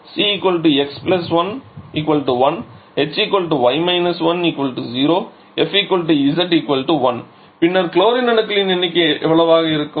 C x 1 1 H y 1 0 F z 1 பின்னர் chlorine அணுக்களின் எண்ணிக்கை எவ்வளவு இருக்கும்